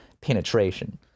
penetration